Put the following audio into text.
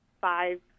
five